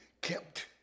kept